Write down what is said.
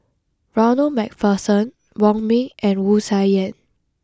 Ronald MacPherson Wong Ming and Wu Tsai Yen